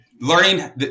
learning